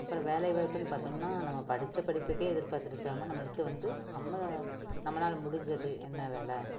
அப்புறம் வேலை வாய்ப்புன்னு பார்த்தோம்னா நம்ம படிச்ச படிப்புக்கே எதிர்பார்த்துருக்காம நம்மளுக்கு வந்து நம்ம நம்மளால முடிஞ்சது என்ன வேலை